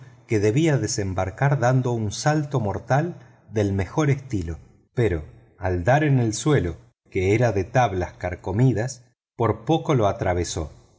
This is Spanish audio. que debía desembarcar dando un salto mortal del mejor estilo pero al dar en el suelo que era de tablas carcomidas por poco lo atravesó